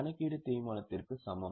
கணக்கீடு தேய்மானத்திற்கு சமம்